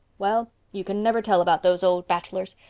well, you can never tell about those old bachelors.